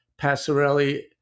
Passarelli